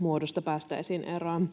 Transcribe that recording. muodosta päästäisiin eroon.